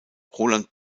roland